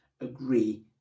agree